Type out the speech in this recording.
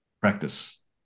practice